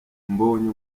mbonye